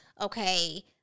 okay